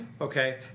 okay